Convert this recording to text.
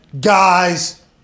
guys